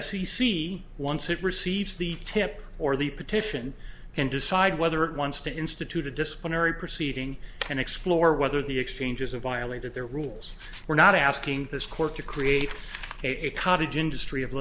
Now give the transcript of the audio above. c once it receives the tip or the petition can decide whether it wants to institute a disciplinary proceeding and explore whether the exchanges of violated their rules we're not asking this court to create a cottage industry of